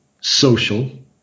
social